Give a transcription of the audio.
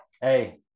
Hey